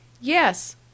Yes